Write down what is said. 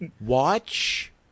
Watch